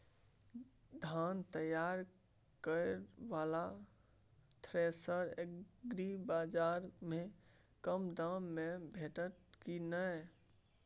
धान तैयार करय वाला थ्रेसर एग्रीबाजार में कम दाम में भेटत की नय?